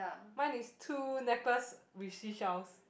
mine is two necklace with seashells